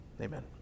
Amen